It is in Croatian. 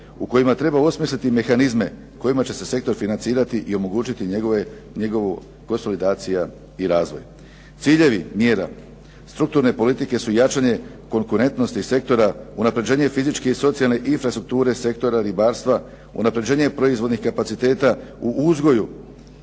u kojima treba osmisliti mehanizme u kojima će se sektor financirati i omogućiti njegovu konsolidaciju i razvoj. Ciljevi mjera strukturne politike su jačanje konkurentnosti sektora, unaprjeđenje fizičke i socijalne infrastrukture sektora ribarstva, unapređenje proizvodnih kapaciteta u uzgoju